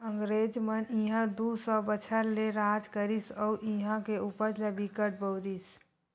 अंगरेज मन इहां दू सौ बछर ले राज करिस अउ इहां के उपज ल बिकट बउरिस